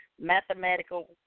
mathematical